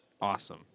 Awesome